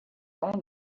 own